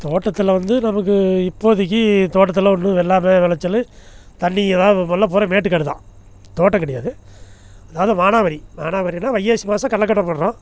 தோட்டத்தில் வந்து நமக்கு இப்போதைக்கி தோட்டத்தில் ஒன்றும் வெள்ளாமை விளச்சலு தண்ணி எல்லாம் பூரா மேட்டுக்கே தான் தோட்டம் கிடையாது அதாவது வானாவரி வானாவரினா வைகாசி மாசம் கடல கட்டை போடுகிறோம்